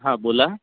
हां बोला